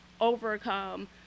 overcome